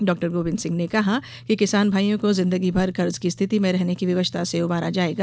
डॉ गोविन्द सिंह ने कहा कि किसान भाइयों को जिंदगी भर कर्ज की स्थिति में रहने की विवशता से उबारा जाएगा